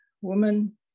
woman